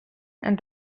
and